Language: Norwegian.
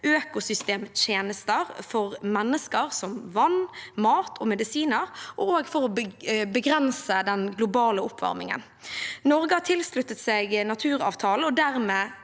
økosystemtjenester for mennesker, som vann, mat og medisiner, og for å begrense den globale oppvarmingen. Norge har tilsluttet seg naturavtalen og dermed